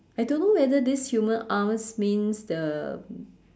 I don't know whether this human arms means the